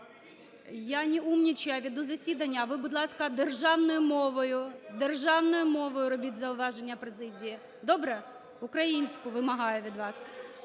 Я не "умнічаю", а веду засідання. А ви, будь ласка, державною мовою, державною мовою робіть зауваження президії. Добре? Українську вимагаю від вас.